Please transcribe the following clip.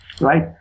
Right